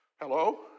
Hello